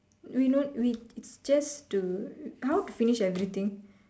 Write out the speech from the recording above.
we no we it's just to how to finish everything